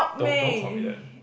don't don't call me that